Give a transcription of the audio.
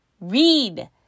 read